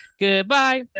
Goodbye